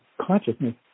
consciousness